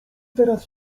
teraz